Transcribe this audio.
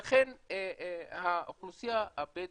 לכן האוכלוסייה הבדואית,